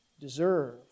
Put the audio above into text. deserve